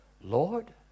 Lord